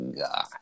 God